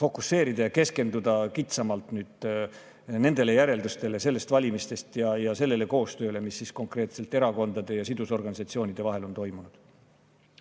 fokusseerida ja keskenduda kitsamalt järeldustele nende valimiste kohta ja sellele koostööle, mis konkreetselt erakondade ja sidusorganisatsioonide vahel on toimunud.